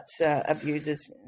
abusers